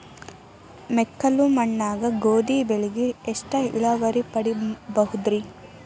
ಮೆಕ್ಕಲು ಮಣ್ಣಾಗ ಗೋಧಿ ಬೆಳಿಗೆ ಎಷ್ಟ ಇಳುವರಿ ಪಡಿಬಹುದ್ರಿ?